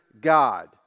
God